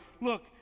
look